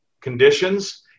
conditions